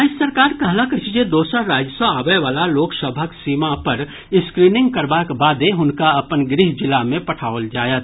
राज्य सरकार कहलक अछि जे दोसर राज्य सँ आबय वला लोक सभक सीमा पर स्क्रीनिंग करबाक बादे हुनका अपन गृह जिला मे पठाओल जायत